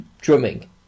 drumming